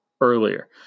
Earlier